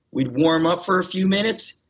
we'd warm up for a few minutes,